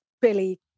Billy